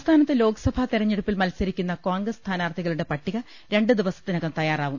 സംസ്ഥാനത്ത് ലോക്സഭാ തെരഞ്ഞെടുപ്പിൽ മത്സരിക്കുന്ന കോൺഗ്രസ് സ്ഥാനാർത്ഥികളുടെ പട്ടിക രണ്ടു ദിവസത്തിനകം തയ്യാറാവും